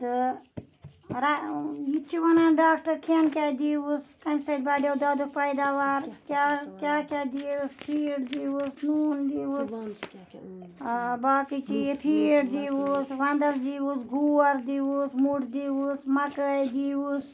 تہٕ یہِ تہِ چھِ وَنان ڈاکٹر کھیٚن کیٛاہ دیٖوُس کَمہِ سۭتۍ بَڑیو دۄدُک پیداوار کیٛاہ کیٛاہ کیٛاہ دِیٖوُس فیٖڈ دیٖوُس نوٗن دیٖوُس باقٕے چیٖز فیٖڈ دیٖوُس وَندَس دیٖوُس گور دیٖوُس مُٹھ دیٖوُس مَکٲے دیٖوُس